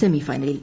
സെമിഫൈനലിൽ